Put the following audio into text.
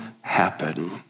happen